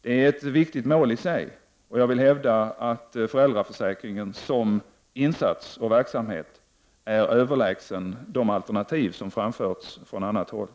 Det är ett viktigt mål i sig, och jag vill hävda att föräldraförsäkringen som insats och verksamhet är överlägsen de alternativ som framförts från andra håll.